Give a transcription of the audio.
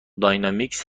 داینامیکس